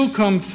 come